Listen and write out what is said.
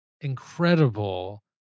Incredible